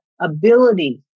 ability